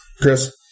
Chris